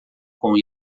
com